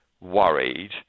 worried